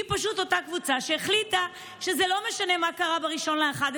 היא פשוט אותה קבוצה שהחליטה שזה לא משנה מה קרה ב-1 בנובמבר,